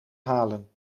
halen